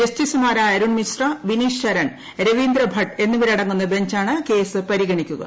ജസ്റ്റിസുമാരായ അരുൺ മിശ്ര വിനീത് ശരൺ രീവന്ദ്ര ഭട്ട് എന്നിവരടങ്ങുന്ന ബഞ്ചാണ് കേസ് പരിഗണിക്കുക